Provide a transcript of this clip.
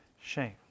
shame